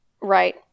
Right